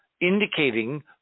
indicating